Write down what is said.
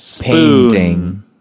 Painting